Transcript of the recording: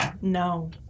No